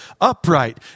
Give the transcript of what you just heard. upright